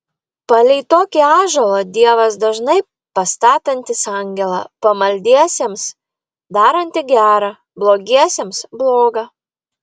palei tokį ąžuolą dievas dažnai pastatantis angelą pamaldiesiems darantį gera blogiesiems bloga